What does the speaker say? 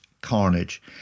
carnage